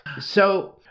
So-